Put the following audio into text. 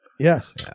Yes